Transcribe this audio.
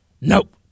Nope